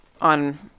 on